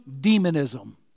demonism